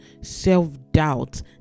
self-doubt